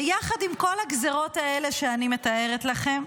ויחד עם כל הגזרות האלה שאני מתארת לכם,